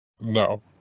No